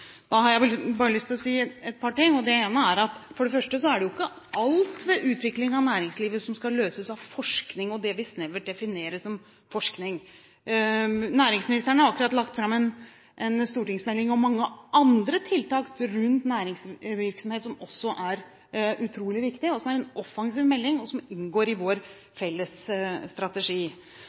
Da har jeg bare lyst til å si et par ting. For det første er det ikke alt ved utvikling av næringslivet som skal løses av forskning og det vi snevert definerer som forskning. Næringsministeren har akkurat lagt fram en stortingsmelding om mange andre tiltak rundt næringsvirksomhet som også er utrolig viktig, som er en offensiv melding, og som inngår i vår felles strategi.